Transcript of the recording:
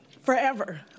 forever